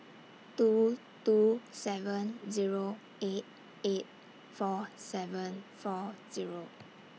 two two seven Zero eight eight four seven four Zero